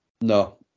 no